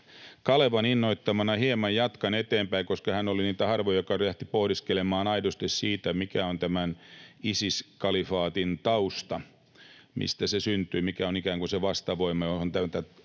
Kalevan innoittamana hieman jatkan eteenpäin, koska hän oli niitä harvoja, jotka lähtivät pohdiskelemaan aidosti sitä, mikä on tämän Isis-kalifaatin tausta — mistä se syntyy, mikä on ikään kuin se vastavoima, johon tämä